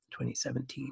2017